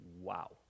Wow